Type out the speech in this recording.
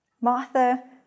Martha